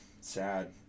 sad